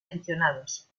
aficionados